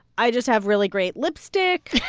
i just have really great lipstick